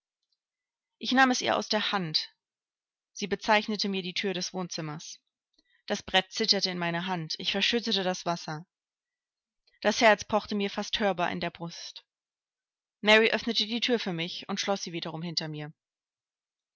ich nahm es ihr aus der hand sie bezeichnete mir die thür des wohnzimmers das brett zitterte in meiner hand ich verschüttete das wasser das herz pochte mir fast hörbar in der brust mary öffnete die thür für mich und schloß sie wiederum hinter mir